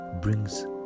brings